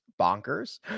bonkers